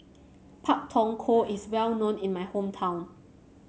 Pak Thong Ko is well known in my hometown